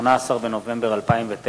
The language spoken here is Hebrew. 18 בנובמבר 2009,